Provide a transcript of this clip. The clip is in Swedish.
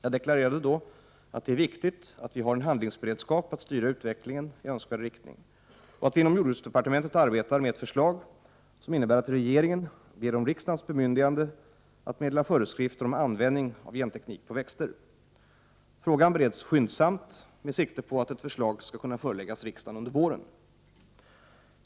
Jag deklarerade då att det är viktigt att vi har en handlingsberedskap att styra utvecklingen i önskvärd riktning och att vi inom jordbruksdepartementet arbetar med ett förslag som innebär att regeringen ber om riksdagens bemyndigande att meddela föreskrifter om användning av genteknik på växter. Frågan bereds skyndsamt med sikte på att ett förslag skall kunna föreläggas riksdagen under våren.